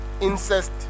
incest